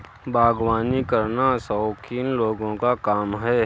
बागवानी करना शौकीन लोगों का काम है